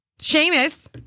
Seamus